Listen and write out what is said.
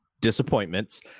disappointments